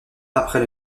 après